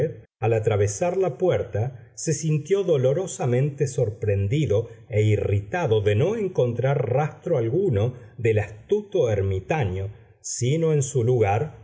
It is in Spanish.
al atravesar la puerta se sintió dolorosamente sorprendido e irritado de no encontrar rastro alguno del astuto ermitaño sino en su lugar